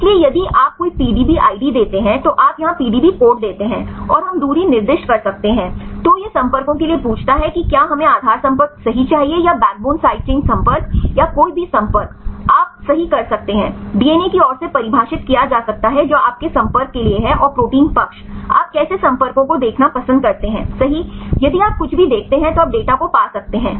इसलिए यदि आप कोई पीडीबी आईडी देते हैं तो आप यहां पीडीबी कोड देते हैं और हम दूरी निर्दिष्ट कर सकते हैं तो यह संपर्कों के लिए पूछता है कि क्या हमें आधार संपर्क सही चाहिए या बैकबोन साइड चेन संपर्क या कोई भी संपर्क आप सही कर सकते हैं डीएनए की ओर से परिभाषित किया जा सकता है जो आपके संपर्क के लिए है और प्रोटीन पक्ष आप कैसे संपर्कों को देखना पसंद करते है सही यदि आप कुछ भी देखते हैं तो आप डेटा को पा सकते हैं